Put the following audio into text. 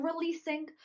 releasing